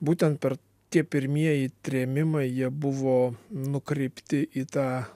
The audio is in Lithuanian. būtent per tie pirmieji trėmimai jie buvo nukreipti į tą